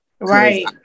Right